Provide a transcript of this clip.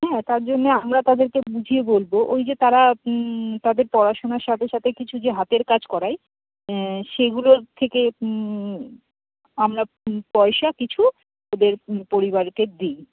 হ্যাঁ তার জন্যে আমরা তাদেরকে বুঝিয়ে বলব ওই যে তারা তদের পড়াশোনার সাথে সাথে কিছু যে হাতের কাজ করাই সেগুলোর থেকে আমরা পয়সা কিছু ওদের পরিবারকে দিই